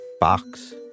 box